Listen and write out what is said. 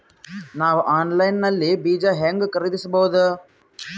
ನಾವು ಆನ್ಲೈನ್ ನಲ್ಲಿ ಬೀಜ ಹೆಂಗ ಖರೀದಿಸಬೋದ?